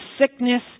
sickness